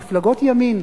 מפלגות ימין.